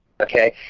okay